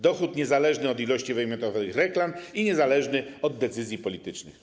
Dochód niezależny od ilości wyemitowanych reklam i niezależny od decyzji politycznych.